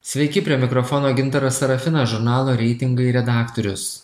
sveiki prie mikrofono gintaras serafinas žurnalo reitingai redaktorius